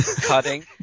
cutting